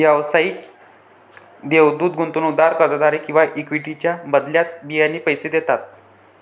व्यावसायिक देवदूत गुंतवणूकदार कर्जाद्वारे किंवा इक्विटीच्या बदल्यात बियाणे पैसे देतात